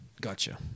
Gotcha